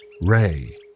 Ray